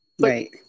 Right